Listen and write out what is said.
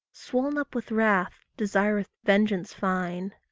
swoln up with wrath, desireth vengeance fine.